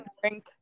drink